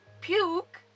Puke